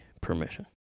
permission